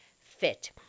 fit